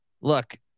look